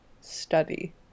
study